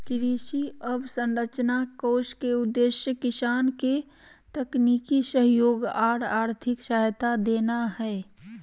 कृषि अवसंरचना कोष के उद्देश्य किसान के तकनीकी सहयोग आर आर्थिक सहायता देना हई